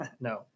no